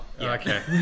Okay